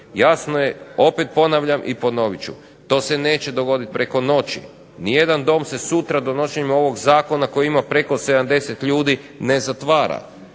Jasno je, opet ponavljam i ponovit ću, to se neće dogoditi preko noći. Nijedan dom se sutra donošenjem ovog zakona koji ima preko 70 ljudi ne zatvara.